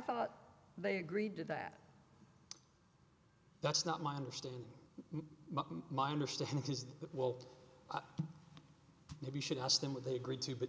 thought they agreed to that that's not my understanding my understanding is they will if you should ask them what they agreed to but